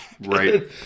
Right